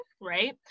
right